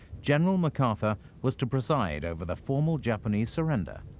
general macarthur was to preside over the formal japanese surrender.